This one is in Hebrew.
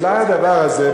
אולי הדבר הזה,